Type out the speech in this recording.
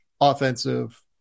offensive